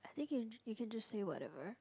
i think you you can just say whatever